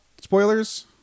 spoilers